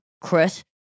Chris